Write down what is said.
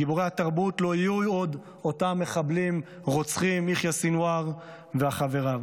גיבורי התרבות לא יהיו עוד אותם מחבלים רוצחים: יחיא סנוואר וחבריו.